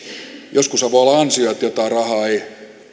joskushan voi olla ansio että jotain rahaa ei